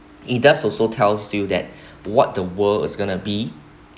it does also tells you that what the world is gonna be